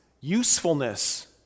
usefulness